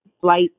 flight